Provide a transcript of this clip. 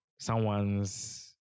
someone's